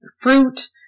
fruit